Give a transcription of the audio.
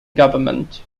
government